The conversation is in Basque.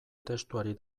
testuari